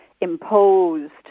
imposed